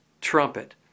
trumpet